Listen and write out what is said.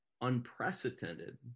unprecedented